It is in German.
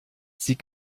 sie